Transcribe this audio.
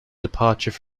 departure